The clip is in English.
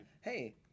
Hey